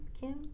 Kim